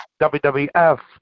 WWF